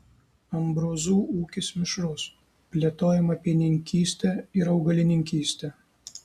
ambrozų ūkis mišrus plėtojama pienininkystė ir augalininkystė